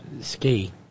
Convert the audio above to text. Ski